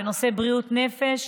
נושא בריאות נפש,